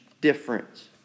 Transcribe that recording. difference